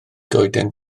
goeden